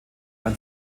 ein